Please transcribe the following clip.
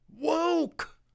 woke